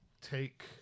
take